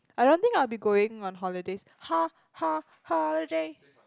I don't think I'll be going on holidays ho~ ho~ holiday